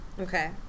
Okay